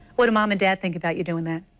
what do mom and dad think about you doing that?